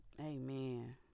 Amen